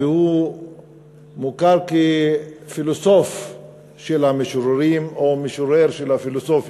והוא מוכר כפילוסוף של המשוררים או משורר של הפילוסופים,